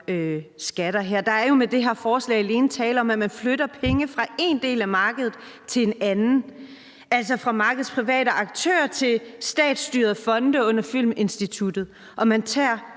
skatter her. Der er jo med det her forslag alene tale om, at man flytter penge fra en del af markedet til en anden, altså fra markedsprivate aktører til statsstyrede fonde under Filminstituttet. Man tager